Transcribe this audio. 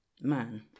man